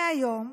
מהיום,